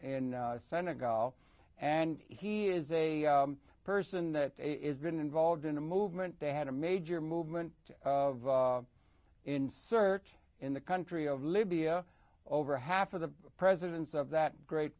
in senegal and he is a person that is been involved in a movement they had a major movement of insert in the country of libya over half of the presidents of that great